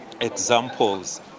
examples